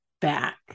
back